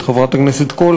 את חברת הכנסת קול,